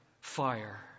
fire